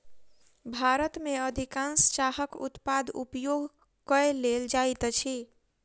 भारत में अधिकाँश चाहक उत्पाद उपयोग कय लेल जाइत अछि